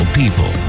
people